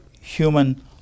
human